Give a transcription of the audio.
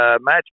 match